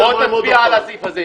בוא תצביע על הסעיף הזה.